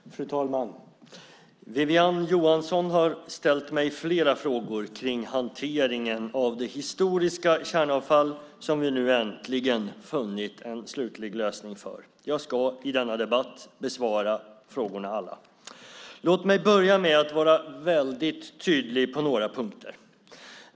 Fru talman! Wiwi-Anne Johansson har ställt flera frågor till mig om hanteringen av det historiska kärnavfall som vi nu äntligen funnit en slutlig lösning för. Jag ska i denna debatt besvara alla frågorna. Låt mig börja med att vara väldigt tydlig på några punkter.